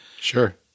Sure